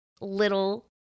little